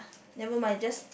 never mind just